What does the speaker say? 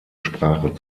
sprache